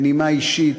בנימה אישית,